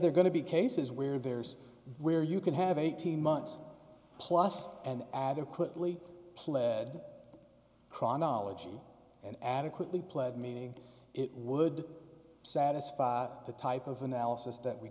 they're going to be cases where there's where you can have eighteen months plus and adequately pled kron ology and adequately pled meaning it would satisfy the type of analysis that we